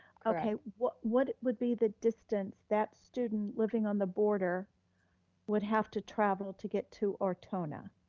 okay, what would would be the distance that student living on the border would have to travel to get to ortona?